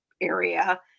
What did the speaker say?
area